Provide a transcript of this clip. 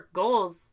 goals